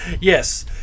yes